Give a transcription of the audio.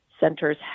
centers